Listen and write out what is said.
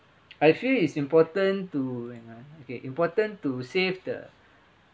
I feel it's important to and ah okay important to save the